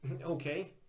Okay